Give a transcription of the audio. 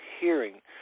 hearing